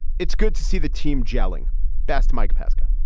it's good to see the team gelling best mike pesca.